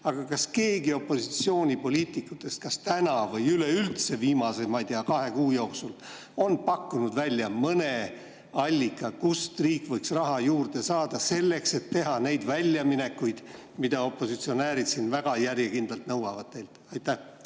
Aga kas keegi opositsioonipoliitikutest kas täna või üleüldse viimase, ma ei tea, kahe kuu jooksul on pakkunud välja mõne allika, kust riik võiks raha juurde saada selleks, et teha neid väljaminekuid, mida opositsionäärid siin väga järjekindlalt teilt nõuavad? Aitäh,